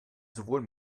sowohl